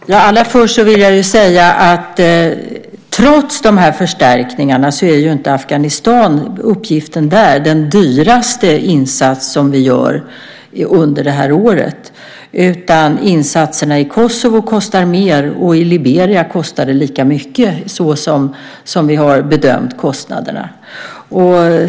Fru talman! Allra först vill jag säga att uppgiften i Afghanistan, trots dessa förstärkningar, inte är den dyraste insatsen som vi gör under detta år. Insatserna i Kosovo kostar mer, och i Liberia kostar insatserna lika mycket som vi har bedömt kostnaderna.